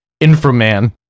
inframan